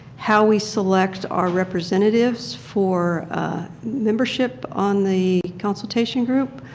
how we select our representatives for membership on the consultation group